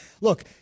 look